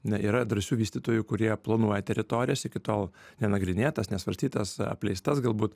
na yra drąsių vystytojų kurie planuoja teritorijas iki tol nenagrinėtas nesvarstytas apleistas galbūt